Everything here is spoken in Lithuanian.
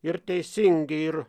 ir teisingi ir